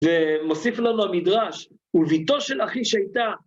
ומוסיף לנו המדרש, ביתו של אחי שהייתה.